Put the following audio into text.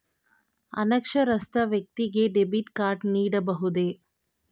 ಅನಕ್ಷರಸ್ಥ ವ್ಯಕ್ತಿಗೆ debit card ನೀಡಬಹುದೇ?